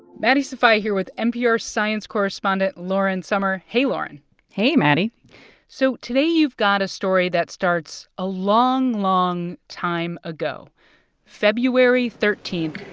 maddie sofia here with npr science correspondent lauren sommer. hey, lauren hey, maddie so today you've got a story that starts a long, long time ago february thirteen.